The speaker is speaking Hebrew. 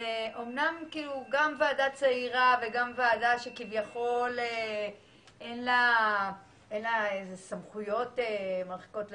זו אמנם ועדה צעירה וגם ועדה שכביכול אין לה סמכויות מרחיקות לכת,